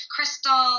Crystal